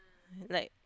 like